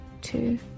two